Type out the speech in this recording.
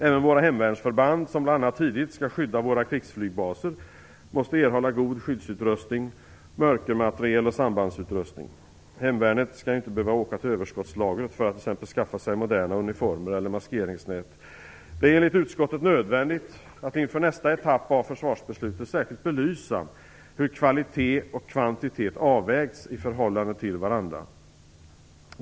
Även våra hemvärnsförband som bl.a. tidigt skall skydda våra krigsflygbaser måste erhålla god skyddsutrustning, mörkermateriel samt sambandsutrustning. Hemvärnet skall inte behöva åka till överskottslagret för att t.ex. skaffa sig moderna uniformer eller maskeringsnät. Det är enligt utskottet nödvändigt att inför nästa etapp av försvarsbeslutet särskilt belysa hur kvalitet och kvantitet avvägs i förhållande till varandra.